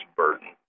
burden